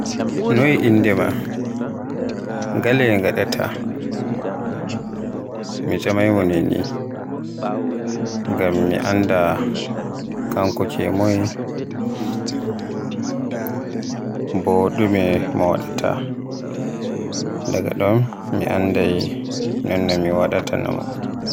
Noy innde maa? Ngale ngatta? Mi tcamaymo Nini, ngam mi anndi konko moye, bo dume mo wawaata. Daga ɗom mi anndai non no mi waɗaanata mo.